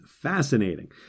fascinating